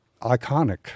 iconic